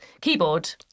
keyboard